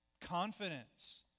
Confidence